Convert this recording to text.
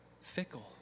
fickle